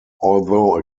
although